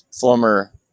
former